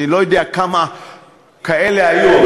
אני לא יודע כמה כאלה היו,